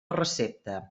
recepta